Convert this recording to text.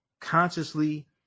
consciously